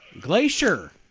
Glacier